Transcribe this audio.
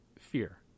fear